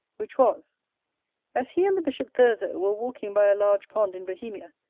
which was as he and the bishop thurzo were walking by a large pond in bohemia,